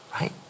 right